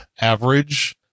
average